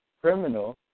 criminal